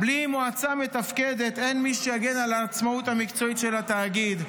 בלי מועצה מתפקדת אין מי שיגן על העצמאות המקצועית של התאגיד.